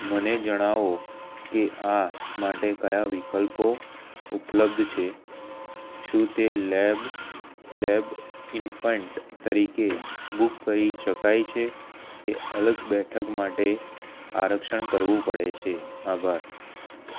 મને જણાવો કે આ માટે કયા વિકલ્પો ઉપલબ્ધ છે શું તે લેબ લેબ ઇન્ફેન્ટ તરીકે બૂક કરી શકાય છે કે અલગ બેઠક માટે આરક્ષણ કરવું પડે છે આભાર